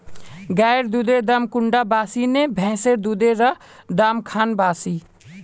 गायेर दुधेर दाम कुंडा बासी ने भैंसेर दुधेर र दाम खान बासी?